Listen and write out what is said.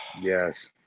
yes